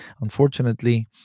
unfortunately